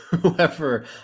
whoever